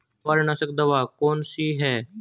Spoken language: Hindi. जवारनाशक दवा कौन सी है?